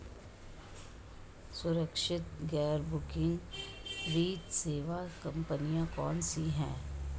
सुरक्षित गैर बैंकिंग वित्त सेवा कंपनियां कौनसी हैं?